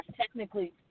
technically